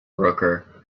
broker